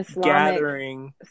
gathering